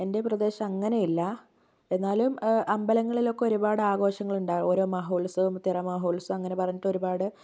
എൻ്റെ പ്രദേശം അങ്ങനെ ഇല്ല എന്നാലും അമ്പലങ്ങളിലൊക്കെ ഒരുപാട് ആഘോഷങ്ങളുണ്ടാവും ഓരോ മഹോൽസവം തിരുമഹോൽസവം അങ്ങനെപറഞ്ഞിട്ട് ഒരുപാട്